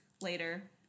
later